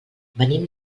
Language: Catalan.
venim